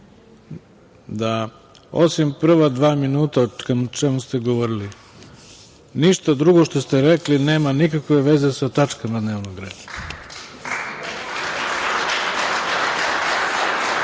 da osim prva dva minuta o čemu ste govorili, ništa drugo što ste rekli nema nikakve veze sa tačkama dnevnog reda. Vi